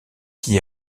qui